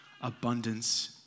abundance